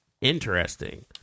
interesting